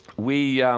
we